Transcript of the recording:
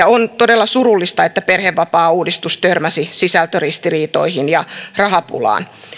on todella surullista että perhevapaauudistus törmäsi sisältöristiriitoihin ja rahapulaan